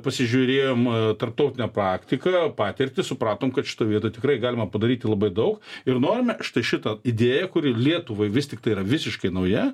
pasižiūrėjom tarptautinę praktiką patirtį supratom kad šitoj vietoj tikrai galima padaryti labai daug ir norime štai šitą idėją kuri lietuvai vis tiktai yra visiškai nauja